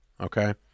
Okay